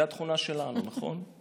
זו התכונה שלנו, נכון?